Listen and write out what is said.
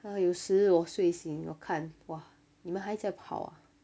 有时我睡醒我看 !wah! 你们还在跑啊